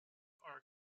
are